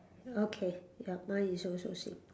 okay ya mine is also same